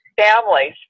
families